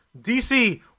DC